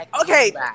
Okay